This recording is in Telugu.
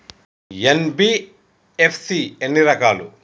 ఎన్.బి.ఎఫ్.సి ఎన్ని రకాలు?